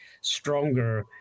stronger